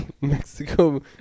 Mexico